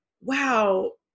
wow